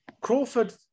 Crawford